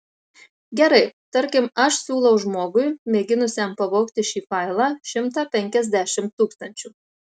gerai tarkim aš siūlau žmogui mėginusiam pavogti šį failą šimtą penkiasdešimt tūkstančių